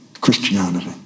Christianity